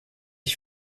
ich